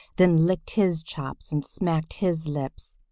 then licked his chops and smacked his lips.